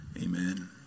Amen